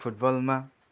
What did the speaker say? फुटबलमा